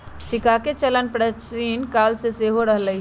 सिक्काके चलन प्राचीन काले से हो रहल हइ